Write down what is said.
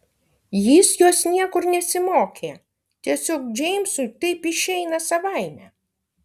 jis jos niekur nesimokė tiesiog džeimsui taip išeina savaime